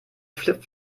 flip